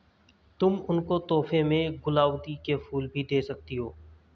तुम उनको तोहफे में गुलाउदी के फूल भी दे सकती हो